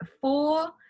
four